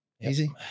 Easy